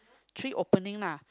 three opening lah